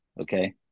Okay